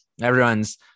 Everyone's